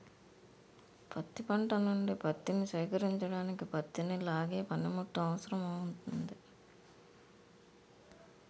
పత్తి పంట నుండి పత్తిని సేకరించడానికి పత్తిని లాగే పనిముట్టు అవసరమౌతుంది